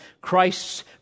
Christ's